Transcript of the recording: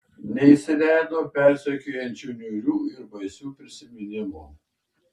neįsileido persekiojančių niūrių ir baisių prisiminimų